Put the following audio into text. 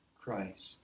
Christ